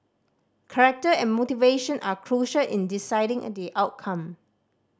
character and motivation are crucial in deciding the outcome